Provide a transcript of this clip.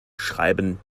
schreiben